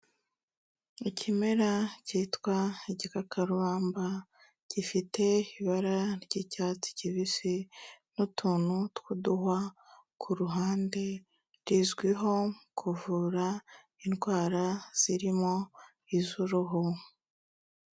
Ikimera kitwa igikakarubamba, gifite ibara ry'icyatsi kibisi n'utuntu tw'uduhwa kuruhande, rizwiho kuvura indwara zirimo iz'uruhu.